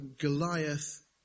Goliath